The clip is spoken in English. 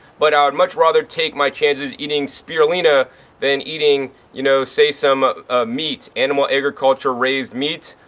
but ah and much rather take my chances eating spirulina than eating, you know, say some meat, animal agriculture raised meat,